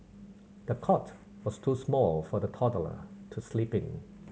the cot was too small for the toddler to sleep in